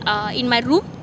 uh in my room